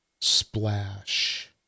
splash